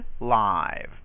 live